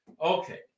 okay